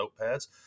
notepads